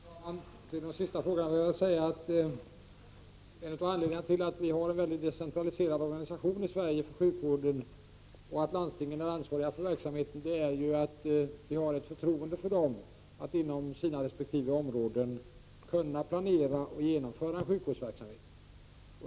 Herr talman! Som svar på den sista frågan vill jag säga att en av anledningarna till att vi har en väldigt decentraliserad organisation för sjukvården i Sverige och att landstingen är ansvariga för verksamheten ju är att vi har ett förtroende för dem att de inom sina resp. områden kan planera och genomföra sjukvårdsverksamhet.